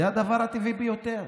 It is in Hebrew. זה הדבר הטבעי ביותר.